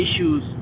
issues